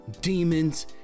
demons